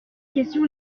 questions